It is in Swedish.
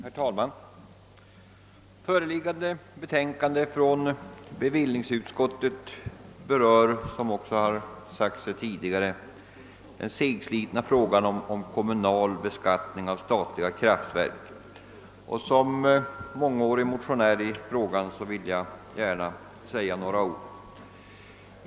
Herr talman! Det föreliggande betänkandet från bevillningsutskottet berör den segslitna frågan om kommunal beskattning av statliga kraftverk. Som mångårig motionär i frågan vill jag gärna säga några ord.